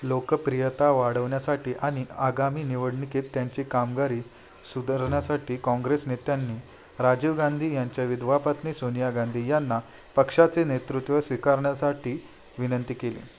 लोकप्रियता वाढवण्यासाठी आणि आगामी निवडणुकीत त्यांची कामगिरी सुधारण्यासाठी काँग्रेस नेत्यांनी राजीव गांधी यांच्या विधवा पत्नी सोनिया गांधी यांना पक्षाचे नेतृत्व स्वीकारण्यासाठी विनंती केली